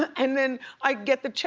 and then i get the check,